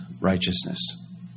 righteousness